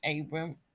Abram